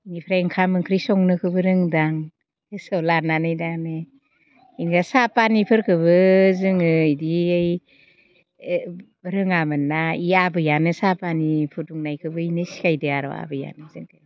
बेनिफ्राय ओंखाम ओंख्रि संनोखौबो रोंदों आं गोसोआव लानानै दा नै बिदिनो साहा फानिफोरखौबो जोङो बिदियै रोङामोन ना बि आबैयानो साहा फानि फुदुंनायखौबो बिनो सिखायद' आरो आबैयानो जोंखौ